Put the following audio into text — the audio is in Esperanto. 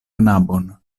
knabon